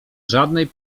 żadnej